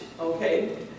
okay